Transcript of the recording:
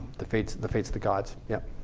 the fates. the fates of the gods. yeah